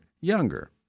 younger